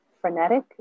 frenetic